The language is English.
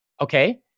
Okay